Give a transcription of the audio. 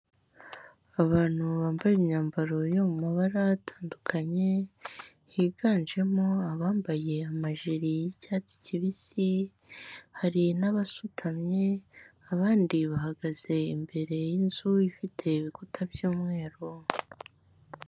Abantu bambaye imyambaro yo mu mabara atandukanye, higanjemo abambaye amajire y'icyatsi kibisi, hari n'abasutamye abandi bahagaze imbere y'inzu ifite ibikuta by'umweru.